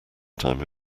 time